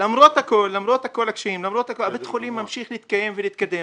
למרות כל הקשיים בית החולים ממשיך להתקיים ולהתקדם.